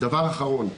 דבר אחרון,